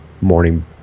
morning